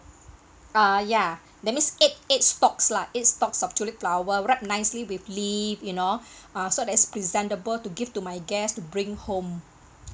ah ya that means eight eight stalks lah eights stalk of tulip flower wrap nicely with leaf you know ah so that is presentable to give to my guests to bring home